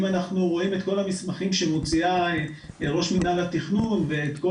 אם אנחנו רואים את כל המסמכים שמוציאה ראש מינהל התכנון ואת כל